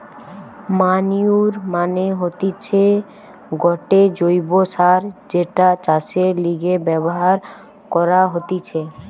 manure মানে হতিছে গটে জৈব্য সার যেটা চাষের লিগে ব্যবহার করা হতিছে